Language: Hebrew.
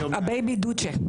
הבייבי דוצ'ה.